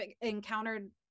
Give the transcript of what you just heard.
encountered